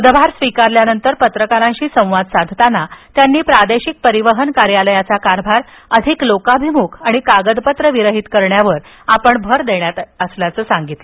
पदभार स्वीकारल्यानंतर पत्रकारांशी संवाद साधताना त्यांनी प्रादेशिक परिवहन कार्यालयाचा कारभार अधिक लोकाभिमुख आणि कागदपत्र विरहित करण्यावर आपण भर देणार असल्याचं सांगितलं